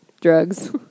Drugs